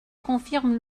confirme